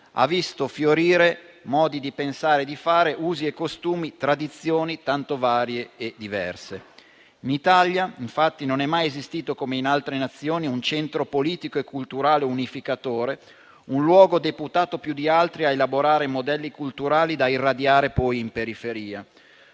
ha visto fiorire modi di pensare e di fare, usi e costumi, tradizioni tanto varie e diverse. In Italia non è mai esistito, come in altre Nazioni, un centro politico e culturale unificatore, un luogo deputato più di altri a elaborare modelli culturali da irradiare poi in periferia;